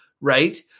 right